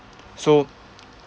so